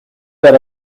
that